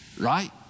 Right